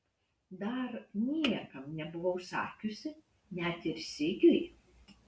dar niekam nebuvau sakiusi net ir sigiui